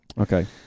Okay